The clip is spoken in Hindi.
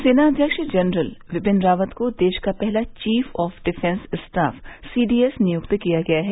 सेना अध्यक्ष जनरल विपिन रावत को देश का पहला chief of defence staff CDS नियुक्त किया गया है